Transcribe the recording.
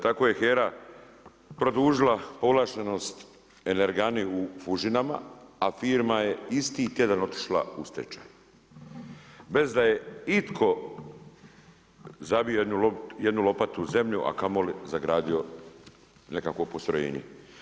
Tako je HERA produžila povlaštenost energani u Fužinama, a firma je isti tjedan otišla u stečaj, bez da je itko zabio jednu lopatu u zemlju, a kamo li zagradio nekakvo postrojenje.